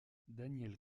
daniel